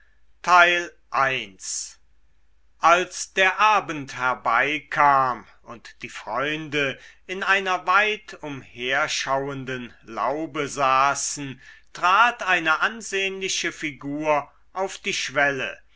als der abend herbeikam und die freunde in einer weit umherschauenden laube saßen trat eine ansehnliche figur auf die schwelle